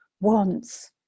wants